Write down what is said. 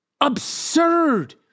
absurd